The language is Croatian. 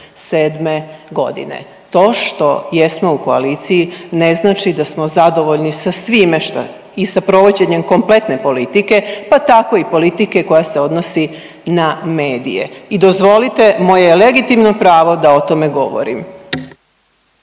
5.3.1997.g.. To što jesmo u koaliciji ne znači da smo zadovoljni sa svime šta i sa provođenjem kompletne politike, pa tako i politike koja se odnosi na medije i dozvolite moje je legitimno pravo da o tome govorim.